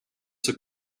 zur